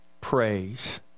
praise